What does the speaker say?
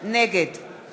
נגד